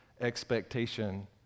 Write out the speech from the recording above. expectation